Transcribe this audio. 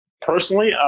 personally